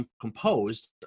composed